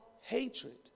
hatred